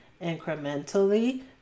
incrementally